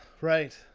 right